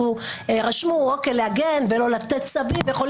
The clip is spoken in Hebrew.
רשמו להגן ולא לתת צווים וכו',